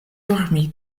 dormi